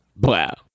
Wow